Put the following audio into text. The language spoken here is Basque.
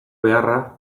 beharra